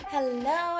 Hello